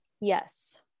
Yes